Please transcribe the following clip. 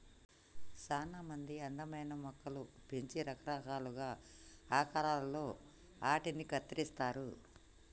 సానా మంది అందమైన మొక్కలు పెంచి రకరకాలుగా ఆకారాలలో ఆటిని కత్తిరిస్తారు